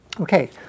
Okay